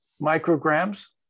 micrograms